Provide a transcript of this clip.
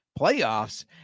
PLAYOFFS